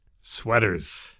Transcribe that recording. sweaters